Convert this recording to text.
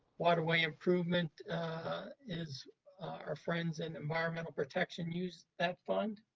waterway improvement is our friends in environmental protection use that fund.